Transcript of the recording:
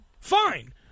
Fine